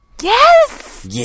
yes